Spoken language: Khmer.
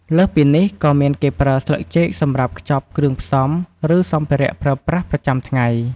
លើសពីនេះក៏មានគេប្រើស្លឹកចេកសម្រាប់ខ្ចប់គ្រឿងផ្សំ ឬសម្ភារៈប្រើប្រាស់ប្រចាំថ្ងៃ។